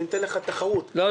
אני נותן לך תחרות -- לא,